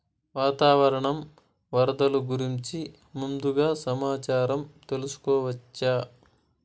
వాతావరణం వరదలు గురించి ముందుగా సమాచారం తెలుసుకోవచ్చా?